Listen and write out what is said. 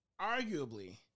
Arguably